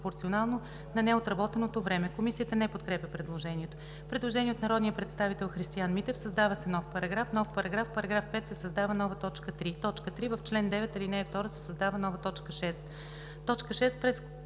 пропорционално на неотработеното време.“ Комисията не подкрепя предложението. Предложение от народния представител Христиан Митев: „Създава се нов §...:§ ...В § 5 се създава нова т. 3: „ 3. В чл. 9, ал. 2 се създава нова т. 6: